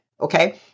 okay